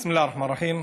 בסם אללה א-רחמאן א-רחים.